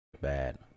bad